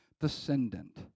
descendant